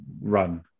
run